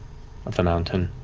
at the mountain.